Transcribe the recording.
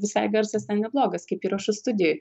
visai garsas ten neblogas kaip įrašų studijoj